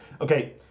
Okay